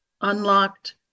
unlocked